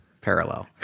parallel